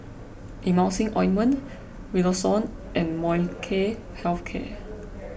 Emulsying Ointment Redoxon and Molnylcke Health Care